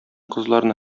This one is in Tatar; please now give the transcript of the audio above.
кызларны